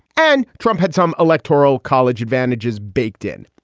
and trump had some electoral college advantages baked in.